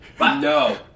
No